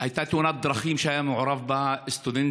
הייתה תאונת דרכים שהיה מעורב בה סטודנט